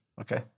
Okay